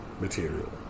material